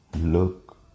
Look